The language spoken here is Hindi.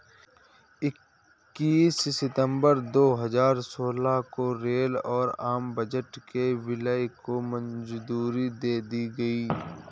इक्कीस सितंबर दो हजार सोलह को रेल और आम बजट के विलय को मंजूरी दे दी गयी